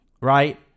right